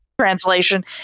translation